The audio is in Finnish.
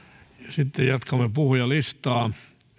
sitten jatkamme puhujalistaa